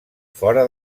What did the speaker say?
fora